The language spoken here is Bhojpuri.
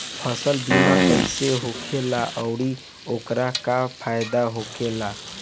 फसल बीमा कइसे होखेला आऊर ओकर का फाइदा होखेला?